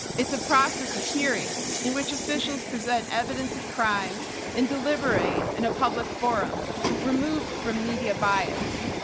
it's a process of hearings in which officials present evidence of crimes and deliberate in a public forum removed from media bias.